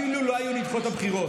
אילו לא היו נדחות הבחירות,